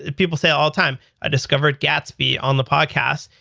people say all time, i discovered gatsby on the podcasts,